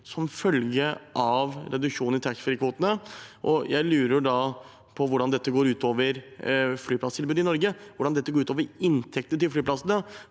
som følge av reduksjonen i taxfree-kvotene. Jeg lurer da på hvordan dette går ut over flyplasstilbudet i Norge, hvordan det går ut over inntektene til flyplassene.